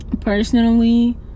personally